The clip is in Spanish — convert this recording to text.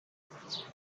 dos